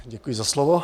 Děkuji za slovo.